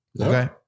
Okay